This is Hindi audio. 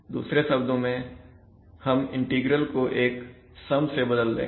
दूसरे शब्दों में हम इंटीग्रल को एक सम से बदल देंगे